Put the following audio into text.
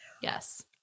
Yes